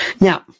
Now